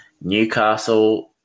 Newcastle